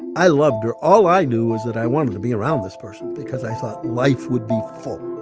i loved her. all i knew was that i wanted to be around this person because i thought life would be full